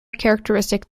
characteristic